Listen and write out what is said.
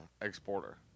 exporter